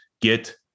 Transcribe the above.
get